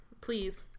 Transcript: Please